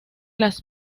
las